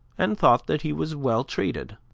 and thought that he was well treated.